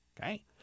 okay